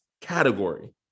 category